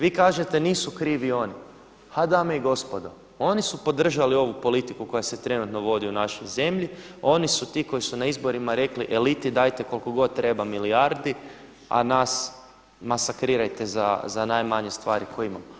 Vi kažete nisu krivi oni, ha dame i gospodo, oni su podržali ovu politiku koja se trenutno vodi u našoj zemlji, oni su ti koji su na izborima rekli eliti dajte koliko god treba milijardi, a nas masakrirajte za najmanje stvari koje imamo.